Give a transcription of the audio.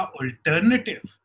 alternative